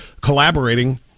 collaborating